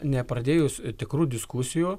nepradėjus tikrų diskusijų